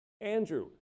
Andrew